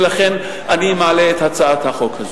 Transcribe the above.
ולכן אני מעלה את הצעת החוק הזו.